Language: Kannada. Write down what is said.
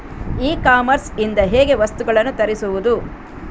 ಇ ಕಾಮರ್ಸ್ ಇಂದ ಹೇಗೆ ವಸ್ತುಗಳನ್ನು ತರಿಸುವುದು?